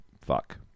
fuck